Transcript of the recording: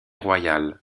royale